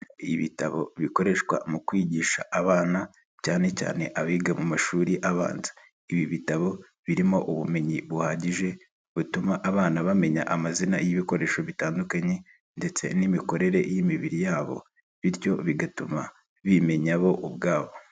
Ibitabo bikoreshwa mu kwigisha abana cyanecyane abiga mu mashuri abanza, ibi bitabo birimo ubumenyi buhagije butuma abana bamenya amazina y'ibikoresho bitandukanye ndetse n'imikorere y'imibiri yabo bityo bigatuma bimenya bo ubwabo.